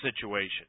situation